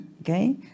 Okay